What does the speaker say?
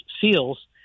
seals